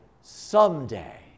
someday